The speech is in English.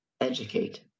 educate